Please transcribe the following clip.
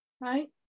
right